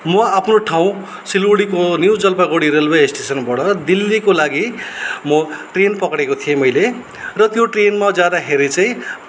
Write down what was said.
म आफ्नो ठाउँ सिलगढीको न्यू जलपाइगढी रेलवे स्टेसनबाट दिल्लीको लागि म ट्रेन पक्रेको थिएँ मैले र त्यो ट्रेनमा जाँदाखेरि चाहिँ